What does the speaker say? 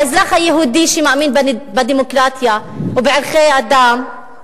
האזרח היהודי שמאמין בדמוקרטיה ובערכי האדם,